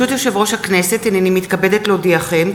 הנני מתכבדת להודיעכם,